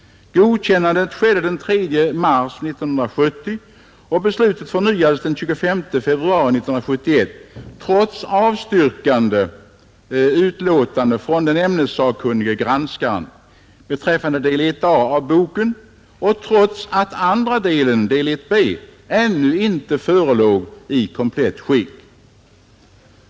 Godkännandet skedde den 3 mars 1970 och beslutet förnyades den 25 februari 1971 trots avstyrkande utlåtande från den ämnessakkunnige granskaren beträffande del 1 A av boken och trots att andra delen, del 1 B, ännu inte förelåg i komplett skick.